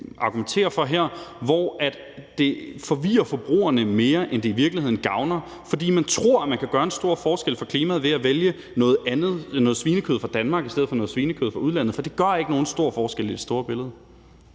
argumenterer for her, hvor det forvirrer forbrugerne mere, end det i virkeligheden gavner, fordi de tror, de kan gøre en stor forskel for klimaet ved at vælge noget svinekød fra Danmark i stedet for noget svinekød fra udlandet. For det gør ikke nogen stor forskel i det store billede.